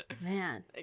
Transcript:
Man